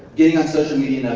getting on social media